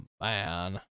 man